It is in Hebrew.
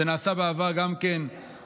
זה נעשה בעבר גם בבנקים.